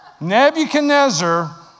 Nebuchadnezzar